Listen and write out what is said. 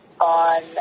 on